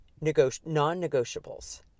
non-negotiables